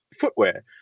footwear